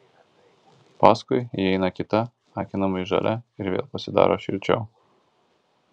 paskui įeina kita akinamai žalia ir vėl pasidaro šilčiau